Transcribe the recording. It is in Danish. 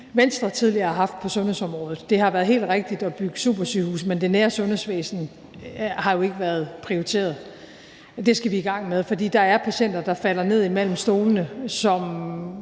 tidligere har haft på sundhedsområdet. Det har været helt rigtigt at bygge supersygehuse, men det nære sundhedsvæsen har jo ikke været prioriteret, og det skal vi i gang med, fordi der er patienter, der falder ned mellem stolene, som